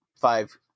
five